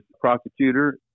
prosecutor